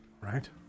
Right